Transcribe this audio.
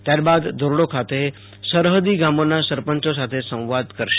ત્યારબાદ ધીરડી ખાતે સેરેહદી ગામોના સરપંચો સાથે સંવાદ કરશે